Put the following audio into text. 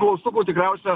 klaustukų tikriausia